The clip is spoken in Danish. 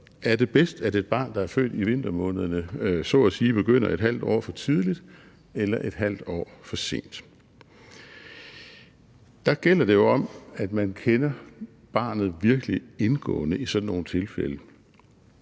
er det bedst, at et barn, der er født i en vintermåned, så at sige begynder et halvt år for tidligt eller et halvt år for sent? I sådan nogle tilfælde gælder det om, at man kender barnet virkelig indgående, men det er